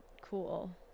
cool